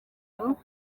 nkombo